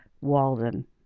Walden